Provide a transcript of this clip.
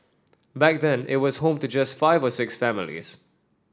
back then it was home to just five or six families